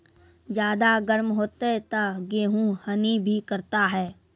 ज्यादा गर्म होते ता गेहूँ हनी भी करता है?